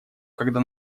когда